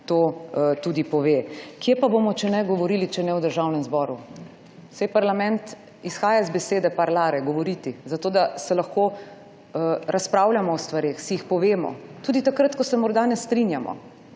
to tudi pove. Kje pa bomo govorili, če ne v Državnem zboru? Saj parlament izhaja iz besede parlare, govoriti, da lahko razpravljamo o stvareh, si jih povemo, tudi takrat, ko se morda ne strinjamo.